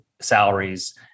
salaries